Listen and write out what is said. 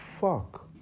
fuck